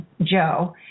joe